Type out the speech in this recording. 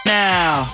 now